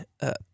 up